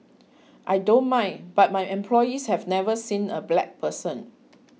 I don't mind but my employees have never seen a black person